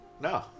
No